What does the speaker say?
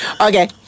Okay